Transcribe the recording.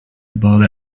about